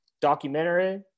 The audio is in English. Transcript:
Documentary